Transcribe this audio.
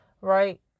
Right